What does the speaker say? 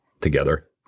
together